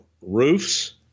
roofs